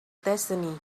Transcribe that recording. destiny